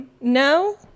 no